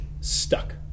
stuck